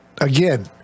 again